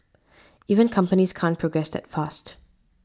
even companies can't progress that fast